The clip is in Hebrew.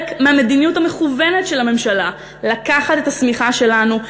מהמדיניות המכוונת של הממשלה: לקחת את השמיכה שלנו,